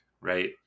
right